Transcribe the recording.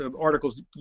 articles